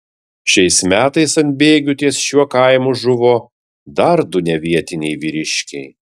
šiais metais ant bėgių ties šiuo kaimu žuvo dar du nevietiniai vyriškiai